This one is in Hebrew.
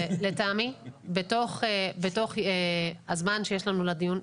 לטעמי בתוך הזמן שיש לנו לדיון,